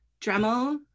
Dremel